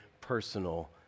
personal